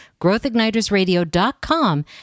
growthignitersradio.com